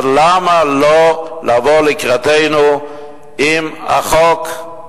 אז למה לא לבוא לקראתנו עם החוק,